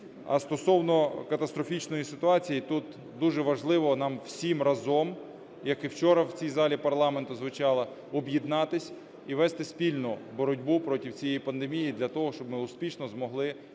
А стосовно катастрофічної ситуації, тут дуже важливо нам всім разом, як і вчора в цій залі парламенту звучало, об'єднатися і вести спільну боротьбу проти цієї пандемії для того, щоб ми успішно могли подолати